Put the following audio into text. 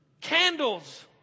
candles